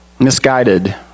Misguided